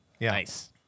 nice